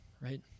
Right